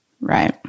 right